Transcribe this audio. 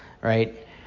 right